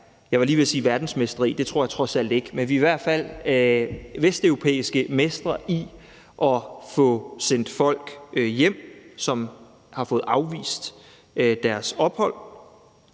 at vi i Danmark er verdensmestre i det – det tror jeg trods alt ikke – men vi er i hvert fald vesteuropæiske mestre i at få sendt folk hjem, som har fået afvist deres ophold.